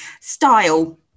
style